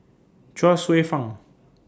Chuang Hsueh Fang